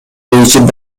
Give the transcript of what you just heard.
ичип